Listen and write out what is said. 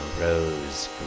Rose